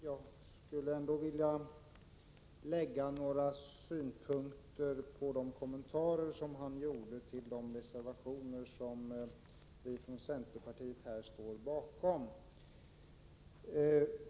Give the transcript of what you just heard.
Jag skulle ändå vilja anlägga några synpunkter på de kommentarer han gjorde till de reservationer som vi från centerpartiet här står bakom.